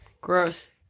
Gross